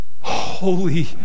Holy